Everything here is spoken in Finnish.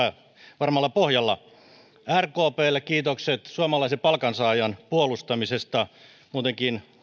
epävarmalla pohjalla rkplle kiitokset suomalaisen palkansaajan puolustamisesta muutenkin